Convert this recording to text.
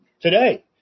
today